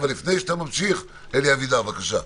אבל לפני שאתה ממשיך, אלי אבידר, בבקשה.